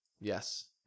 Yes